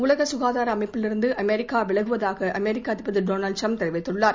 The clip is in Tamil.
உலக சுகாதார அமைப்பிலிருந்து அமெரிக்கா விலகுதாக அமெரிக்க அதிபர் திரு ட்ரம்ப் தெரிவித்துள்ளார்